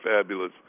fabulous